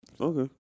Okay